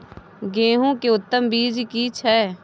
गेहूं के उत्तम बीज की छै?